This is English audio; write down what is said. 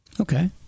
Okay